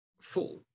full